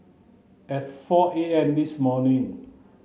at four A M this morning